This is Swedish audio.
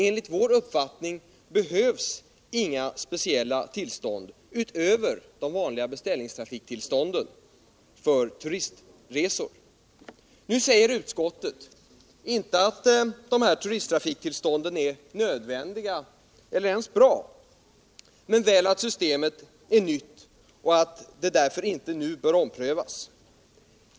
Enligt vår uppfattning behövs inga speciella tillstånd utöver de vanliga beställningstrafiktillstånden för turistresor. Nu säger utskottet inte att dessa turisttrafiktillstånd är nödvändiga eller ens bra men väl att systemet är nytt och att det därför nu inte behöver omprövas.